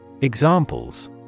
Examples